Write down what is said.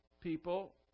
people